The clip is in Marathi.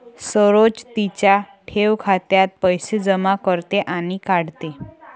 सरोज तिच्या ठेव खात्यात पैसे जमा करते आणि काढते